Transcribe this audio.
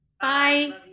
Bye